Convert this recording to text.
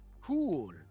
cool